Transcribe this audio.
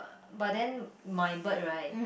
but then my bird right